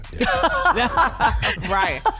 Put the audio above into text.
Right